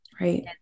Right